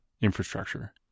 infrastructure